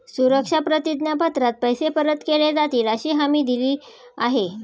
सुरक्षा प्रतिज्ञा पत्रात पैसे परत केले जातीलअशी हमी दिली आहे